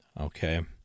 okay